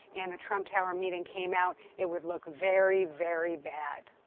and the trump tower meeting came out, it would look very, very bad.